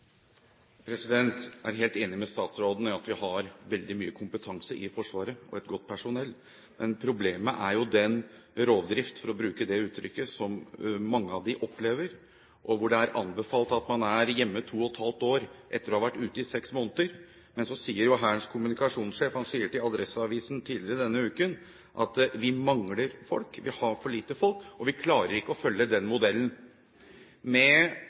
helt enig med statsråden i at vi har veldig mye kompetanse i Forsvaret og et godt personell. Men problemet er jo den rovdrift, for å bruke det uttrykket, som mange av dem opplever. Det er anbefalt at man er hjemme to og et halvt år etter å ha vært ute i seks måneder, men Hærens kommunikasjonssjef sier til Adresseavisen tidligere denne uken at vi mangler folk – vi har for lite folk, og vi klarer ikke å følge den modellen. Med